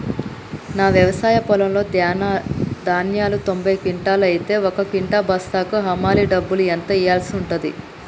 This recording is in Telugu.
నా వ్యవసాయ పొలంలో ధాన్యాలు తొంభై క్వింటాలు అయితే ఒక క్వింటా బస్తాకు హమాలీ డబ్బులు ఎంత ఇయ్యాల్సి ఉంటది?